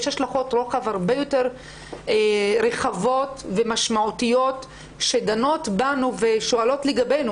יש השלכות רוחב הרבה יותר רחבות ומשמעותיות שדנות בנו ושואלות לגבינו,